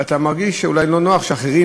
ואתה מרגיש אולי לא נוח שאחרים,